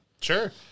sure